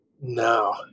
no